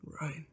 Right